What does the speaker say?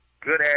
good-ass